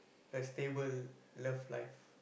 a stable love life